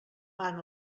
van